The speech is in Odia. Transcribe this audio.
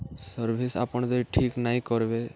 ସର୍ଭିସ୍ ଆପଣ୍ ଯଦି ଠିକ୍ ନାଇଁ କର୍ବେ